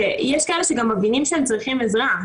שיש כאלה שגם מבינים שהם צריכים עזרה.